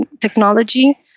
technology